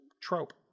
Trope